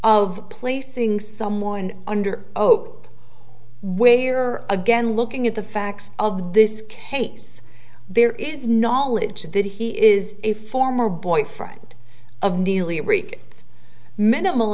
of placing someone under oath where again looking at the facts of this case there is knowledge that he is a former boyfriend of nearly